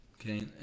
okay